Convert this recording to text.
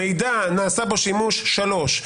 מידע נעשה בו שימוש, דבר שלישי.